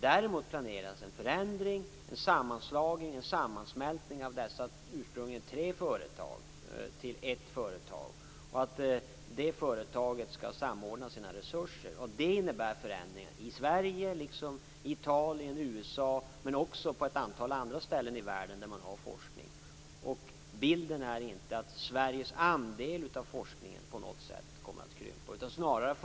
Däremot planeras en förändring. Det handlar om en sammanslagning av dessa ursprungligen tre företag till ett företag, som skall samordna sina resurser. Detta innebär förändringar i Sverige liksom i Italien och USA men också på ett antal andra ställen i världen där man bedriver forskning. Bilden är inte att Sveriges andel av forskningen på något sätt kommer att krympa.